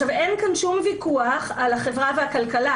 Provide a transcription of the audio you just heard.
אין כאן שום ויכוח על החברה והכלכלה,